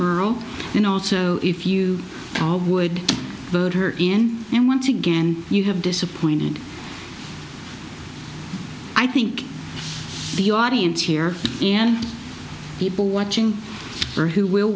and also if you would urge her in and once again you have disappointed i think the audience here and people watching her who will